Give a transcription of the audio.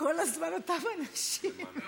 כל הזמן אותם אנשים.